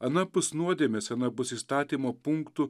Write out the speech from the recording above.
anapus nuodėmės anapus įstatymo punktų